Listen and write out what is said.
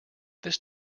this